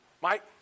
Mike